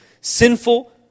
sinful